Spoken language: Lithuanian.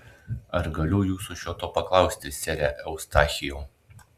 ar galiu jūsų šio to paklausti sere eustachijau